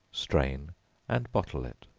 strain and bottle it.